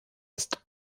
ist